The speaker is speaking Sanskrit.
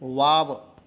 वाव